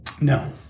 No